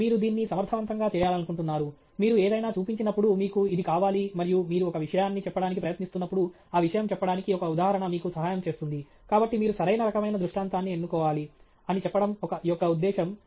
మీరు దీన్ని సమర్థవంతంగా చేయాలనుకుంటున్నారు మీరు ఏదైనా చూపించినప్పుడు మీకు ఇది కావాలి మరియు మీరు ఒక విషయాన్ని చెప్పడానికి ప్రయత్నిస్తున్నప్పుడు ఆ విషయం చెప్పడానికి ఒక ఉదాహరణ మీకు సహాయం చేస్తుంది కాబట్టి మీరు సరైన రకమైన దృష్టాంతాన్ని ఎన్నుకోవాలి అని చెప్పడం యొక్క ఉద్దేశ్యం